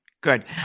Good